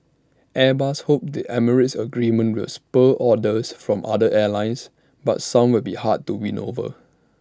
airbus hopes the emirates agreement will spur orders from other airlines but some will be hard to win over